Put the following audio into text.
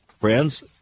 friends